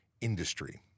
industry